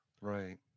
Right